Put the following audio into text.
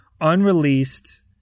unreleased